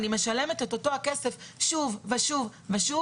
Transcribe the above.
אני משלמת את אותו הכסף שוב ושוב ושוב